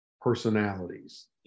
personalities